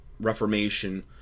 reformation